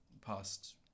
past